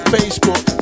Facebook